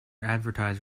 advertise